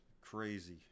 crazy